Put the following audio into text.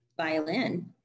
violin